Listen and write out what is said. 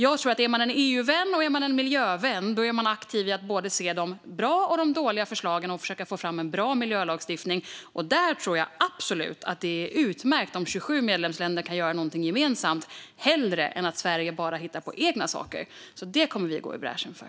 Är man en EU-vän och en miljövän tror jag att man är aktiv i att både se de bra och de dåliga förslagen och försöka få fram en bra miljölagstiftning. Där tror jag absolut att det är utmärkt om 27 medlemsländer kan göra någonting gemensamt - hellre än att Sverige bara hittar på egna saker. Det kommer vi att gå i bräschen för.